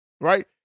right